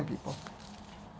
people